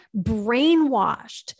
brainwashed